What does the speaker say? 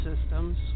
systems